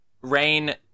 Rain